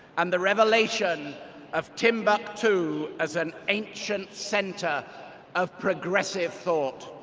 and the revelation of timbuktu as an ancient center of progressive thought.